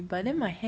mm